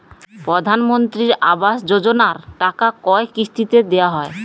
প্রধানমন্ত্রী আবাস যোজনার টাকা কয় কিস্তিতে দেওয়া হয়?